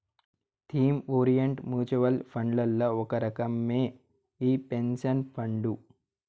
theme orient mutual ఫండ్లల్ల ఒక రకమే ఈ పెన్సన్ ఫండు